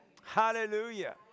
Hallelujah